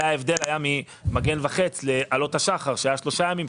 זה ההבדל מ"מגן וחץ" ל"עלות השחר" שהיה שלושה ימים,